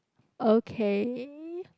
okay